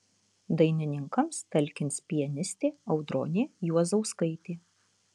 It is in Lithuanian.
dainininkams talkins pianistė audronė juozauskaitė